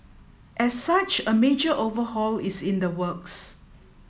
as such a major overhaul is in the works